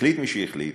החליט מי שהחליט